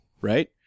Right